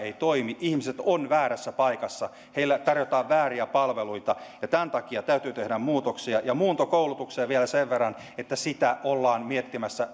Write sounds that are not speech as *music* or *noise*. *unintelligible* ei toimi ihmiset ovat väärässä paikassa heille tarjotaan vääriä palveluita ja tämän takia täytyy tehdä muutoksia ja muuntokoulutuksesta vielä sen verran että sitä ollaan miettimässä *unintelligible*